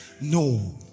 no